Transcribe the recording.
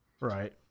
Right